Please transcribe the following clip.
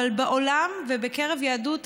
אבל בעולם ובקרב יהדות התפוצות,